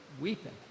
weeping